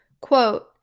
Quote